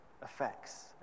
Effects